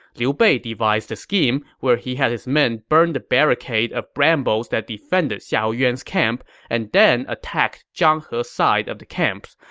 liu bei devised a scheme where he had his men burn the barricade of brambles that defended xiahou yuan's camp and then attacked zhang he's side of the camps,